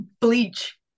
Bleach